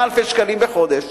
ארבעה חדרים בגודל סביר.